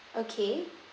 okay